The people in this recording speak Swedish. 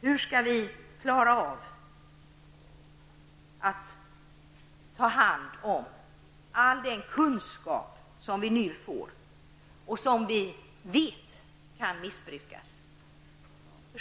Hur skall vi kunna ta hand om all den kunskap som vi nu får och som vi vet kan missbrukas?